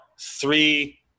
three